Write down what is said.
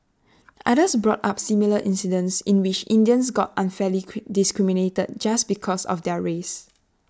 others brought up similar incidents in which Indians got unfairly discriminated just because of their race